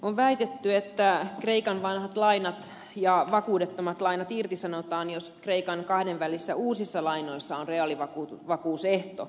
on väitetty että kreikan vanhat lainat ja vakuudettomat lainat irtisanotaan jos kreikan kahdenvälisissä uusissa lainoissa on reaalivakuusehto